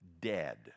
dead